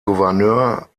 gouverneur